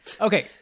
Okay